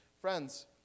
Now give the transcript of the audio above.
Friends